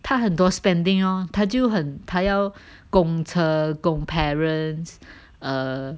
他很多 spending lor 他就很他要供车供 parents err